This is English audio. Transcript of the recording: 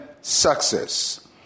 success